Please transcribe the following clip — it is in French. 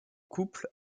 couples